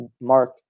Mark